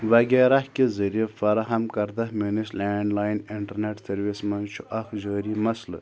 وغیرہ کہِ ذریعہِ فراہم کردہ میٛٲنِس لینٛڈ لایِن اِنٹَرنیٚٹ سٔروِس منٛز چھُ اَکھ جٲری مسلہٕ